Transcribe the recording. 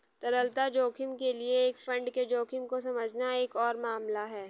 तरलता जोखिम के लिए एक फंड के जोखिम को समझना एक और मामला है